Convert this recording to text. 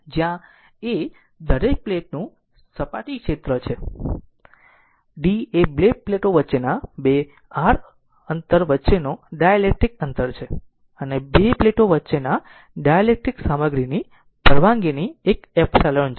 જ્યાં A દરેક પ્લેટનું સપાટી ક્ષેત્ર છે d એ બે પ્લેટો વચ્ચેના બે r અંતર વચ્ચેનો ડાઇલેક્ટ્રિક અંતર છે અને પ્લેટો વચ્ચેના ડાઇલેક્ટ્રિક સામગ્રીની પરવાનગીની એક એપ્સીલોન છે